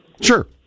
Sure